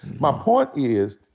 my point is,